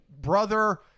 brother